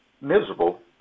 miserable